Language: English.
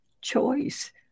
choice